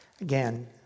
Again